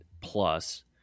plus